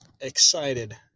Excited